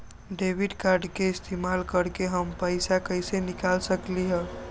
Debit card के इस्तेमाल करके हम पैईसा कईसे निकाल सकलि ह?